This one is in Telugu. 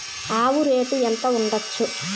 ఆవు రేటు ఎంత ఉండచ్చు?